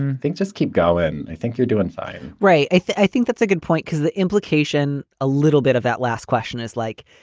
and just keep going. i think you're doing fine, right? i think i think that's a good point, because the implication a little bit of that last question is like,